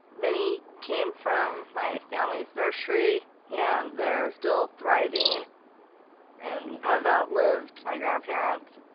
many came from my family's nursery and they're still thriving and have outlived my grandparents.